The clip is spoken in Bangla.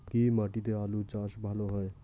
কি মাটিতে আলু চাষ ভালো হয়?